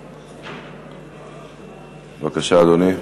בבקשה, אדוני.